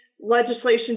legislation